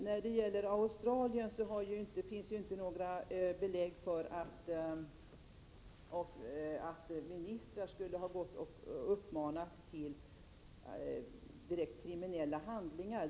När det gäller Australien finns det inga belägg för att ministrar skulle ha uppmanat till direkt kriminella handlingar.